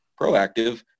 proactive